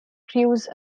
cruise